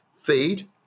Feed